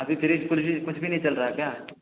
ابھی fridge fridge وریج کچھ بھی کچھ بھی نہیں چل رہا ہے کیا